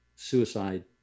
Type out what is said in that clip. suicide